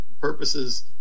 purposes